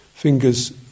Fingers